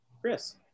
Chris